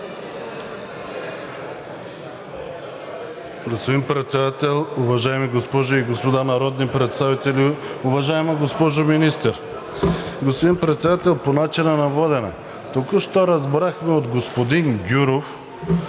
Господин Председател, уважаеми госпожи и господа народни представители, уважаема госпожо Министър! Господин Председател, по начина на водене. Току-що разбрахме от господин Гюров,